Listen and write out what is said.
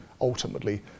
ultimately